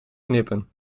knippen